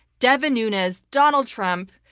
devin nunez, donald trump,